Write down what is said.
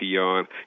on